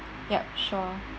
ya sure